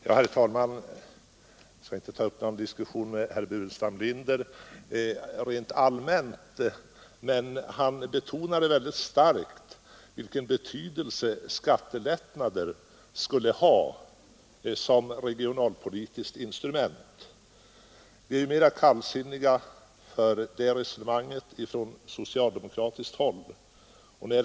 Herr talman! Jag skall inte ta upp någon diskussion med herr Burenstam Linder rent allmänt. Han betonade emellertid mycket starkt vilken betydelse skattelättnader skulle ha som regionalpolitiskt instrument. Vi är mer kallsinniga till det resonemanget från socialdemokratiskt håll.